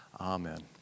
Amen